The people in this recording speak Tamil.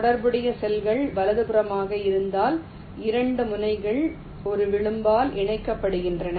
தொடர்புடைய செல்கள் வலதுபுறமாக இருந்தால் 2 முனைகள் ஒரு விளிம்பால் இணைக்கப்படுகின்றன